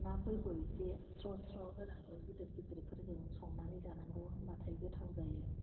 नाफोरखौ एसे स्र' स्र' होनांगौ गिदिर गिदिरफोरजों संनानै जानांगौ होमबाथाय गोथाव जायो